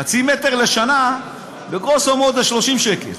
חצי מטר לשנה, בגרוסו מודו, זה 30 שקל.